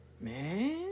Man